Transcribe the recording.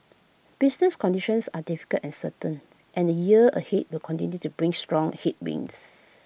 business conditions are difficult uncertain and the year ahead will continue to bring strong headwinds